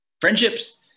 friendships